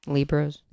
Libra's